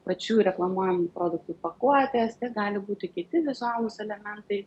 pačių reklamuojamų produktų pakuotės gali būti kiti vizualūs elementai